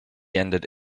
ended